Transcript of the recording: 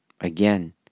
Again